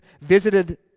visited